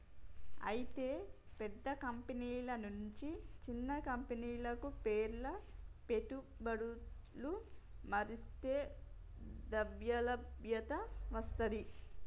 అయితే పెద్ద కంపెనీల నుంచి చిన్న కంపెనీలకు పేర్ల పెట్టుబడులు మర్లిస్తే ద్రవ్యలభ్యత వస్తది